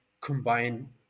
combine